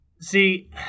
see